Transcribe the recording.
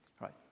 Right